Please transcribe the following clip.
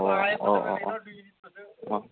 अ अ अ अ अ